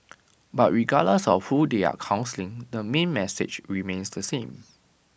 but regardless of who they are counselling the main message remains the same